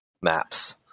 maps